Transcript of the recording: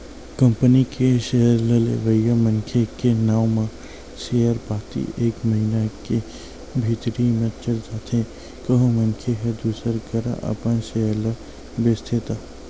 company के share ल लेवइया मनखे के नांव म सेयर पाती एक महिना के भीतरी म चढ़ जाथे कहूं मनखे ह दूसर करा अपन सेयर ल बेंचथे त